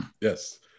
Yes